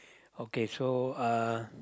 okay so uh